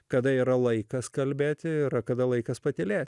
kada yra laikas kalbėti kada laikas patylėti